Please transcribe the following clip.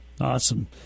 Awesome